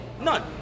None